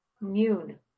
Mune